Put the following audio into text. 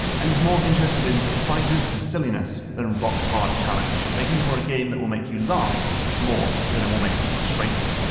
and he's more interested in surprises and silliness than rock-hard challenge, making for a game that will make you laugh more than it will make you frustrated.